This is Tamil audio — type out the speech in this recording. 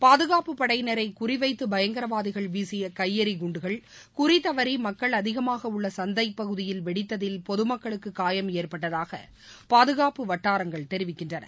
பாதுகாப்பு படையினரை குறி வைத்து பயங்கரவாதிகள் வீசிய கையெறி குண்டுகள் குறி தவறி மக்கள் அதிகமாக உள்ள சந்தை பகுதியில் வெடித்ததில் பொதுமக்களுக்கு காயம் ஏற்பட்டதாக பாதுகாப்பு வட்டாரங்கள் தெரிவிக்கின்றன